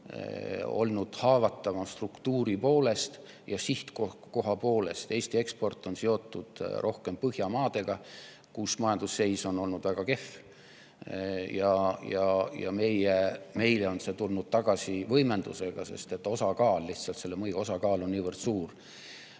olnud haavatavam struktuuri poolest ja sihtkoha poolest. Eesti eksport on seotud rohkem Põhjamaadega, kus majanduse seis on olnud väga kehv. Ja meile on see tulnud tagasi võimendusega, sest selle mõju osakaal on niivõrd suur.